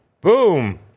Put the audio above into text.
Boom